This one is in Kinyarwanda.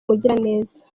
mugiraneza